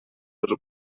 els